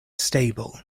stable